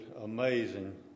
amazing